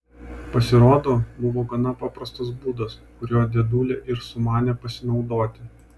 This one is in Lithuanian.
pasirodo buvo gana paprastas būdas kuriuo dėdulė ir sumanė pasinaudoti